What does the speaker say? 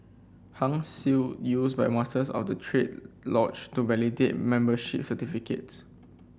Hung Seal used by Masters of the triad lodge to validate membership certificates